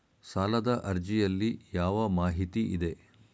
ಸಾಲದ ಅರ್ಜಿಯಲ್ಲಿ ಯಾವ ಮಾಹಿತಿ ಇದೆ?